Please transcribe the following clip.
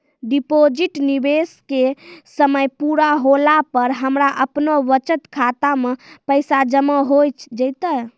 Deposit निवेश के समय पूरा होला पर हमरा आपनौ बचत खाता मे पैसा जमा होय जैतै?